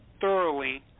thoroughly